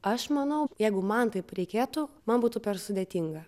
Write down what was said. aš manau jeigu man taip reikėtų man būtų per sudėtinga